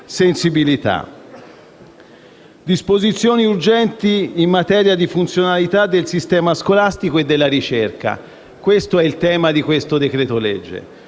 sensibilità. Disposizioni urgenti in materia di funzionalità del sistema scolastico e della ricerca: questo è il tema di questo decreto-legge,